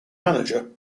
manager